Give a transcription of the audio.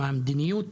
מה המדיניות